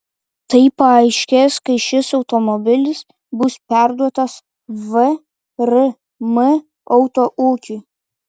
tai paaiškės kai šis automobilis bus perduotas vrm autoūkiui